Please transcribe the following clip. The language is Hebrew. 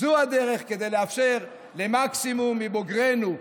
זו הדרך כדי לאפשר למקסימום מבוגרינו,